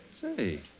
Say